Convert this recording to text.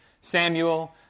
Samuel